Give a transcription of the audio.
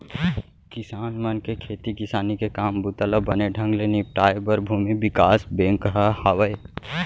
किसान मन के खेती किसानी के काम बूता ल बने ढंग ले निपटाए बर भूमि बिकास बेंक ह हावय